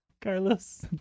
Carlos